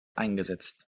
eingesetzt